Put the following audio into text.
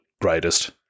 greatest